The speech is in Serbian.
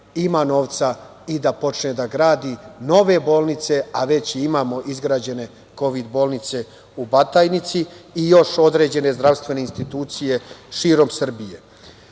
ima novca i da počne da gradi nove bolnice, a već imamo izgrađene kovid bolnice u Batajnici, kao i određene zdravstvene institucije širom Srbije. Sa